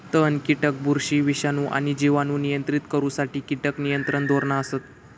तण, कीटक, बुरशी, विषाणू आणि जिवाणू नियंत्रित करुसाठी कीटक नियंत्रण धोरणा असत